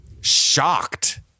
shocked